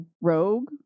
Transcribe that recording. rogue